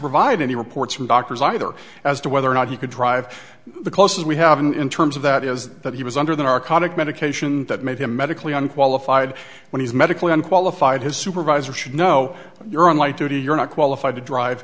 provide any reports from doctors either as to whether or not he could drive the closest we have in terms of that it was that he was under the narcotic medication that made him medically unqualified when he's medically unqualified his supervisor should know you're on light duty you're not qualified to drive